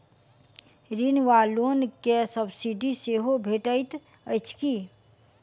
ऋण वा लोन केँ सब्सिडी सेहो भेटइत अछि की?